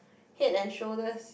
head-and-shoulders